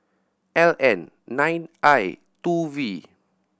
L N nine I two V